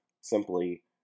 simply